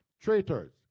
traitors